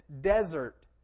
desert